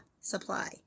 supply